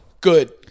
good